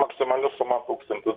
maksimali suma tūkstantis